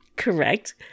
Correct